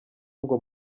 ngo